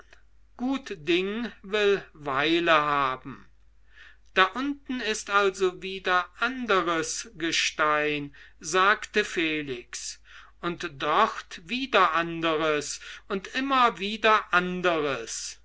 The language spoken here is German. gut ding will weile haben da unten ist also wieder anderes gestein sagte felix und dort wieder anderes und immer wieder anderes